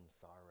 sorrow